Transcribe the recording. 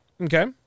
Okay